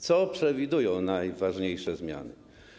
Co przewidują najważniejsze zmiany?